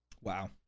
Wow